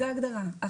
זו ההגדרה.